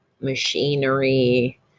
machinery